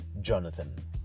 Jonathan